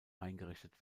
eingerichtet